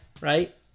right